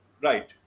right